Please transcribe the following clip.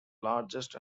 largest